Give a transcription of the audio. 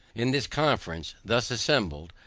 in this conference, thus assembled,